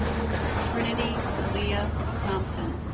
trinity aaliyah thompson